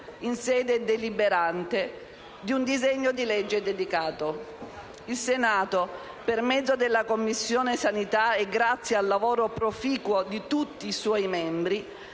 in sede deliberante, di un disegno di legge dedicato. Il Senato, per mezzo della Commissione sanità e grazie al lavoro proficuo di tutti i suoi membri,